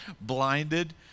blinded